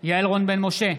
יעל רון בן משה,